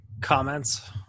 comments